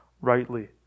rightly